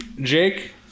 Jake